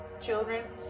children